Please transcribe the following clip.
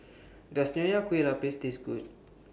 Does Nonya Kueh Lapis Taste Good